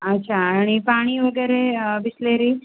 अच्छा आणि पाणीवगैरे बिसलेरी